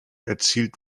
erzielt